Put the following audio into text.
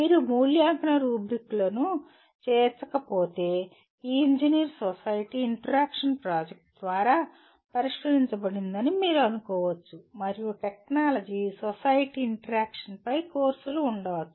మీరు మూల్యాంకన రుబ్రిక్లను చేర్చకపోతే ఈ ఇంజనీర్ సొసైటీ ఇంటరాక్షన్ ప్రాజెక్ట్ ద్వారా పరిష్కరించబడదని మీరు అనుకోవచ్చు మరియు టెక్నాలజీ సొసైటీ ఇంటరాక్షన్ పై కోర్సులు ఉండవచ్చు